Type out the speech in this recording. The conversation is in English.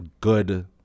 good